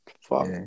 Fuck